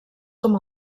com